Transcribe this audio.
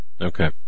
Okay